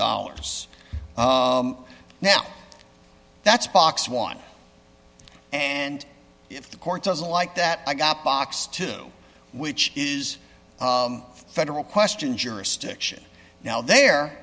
dollars now that's box one and if the court doesn't like that i got box two which is federal question jurisdiction now there